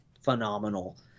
phenomenal